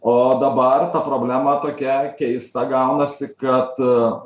o dabar problema tokia keista gaunasi kad